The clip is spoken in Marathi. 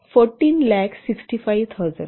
14 लाख 65000